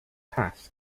task